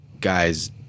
guys